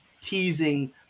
teasing